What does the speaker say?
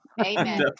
amen